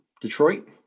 Detroit